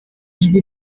ijwi